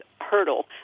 hurdle